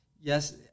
Yes